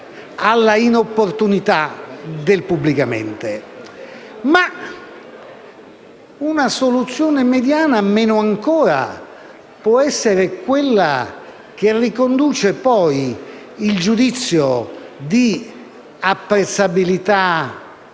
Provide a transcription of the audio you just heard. alla inopportunità del «pubblicamente». Ma una soluzione mediana meno ancora può essere quella che riconduce, poi, il giudizio di apprezzabilità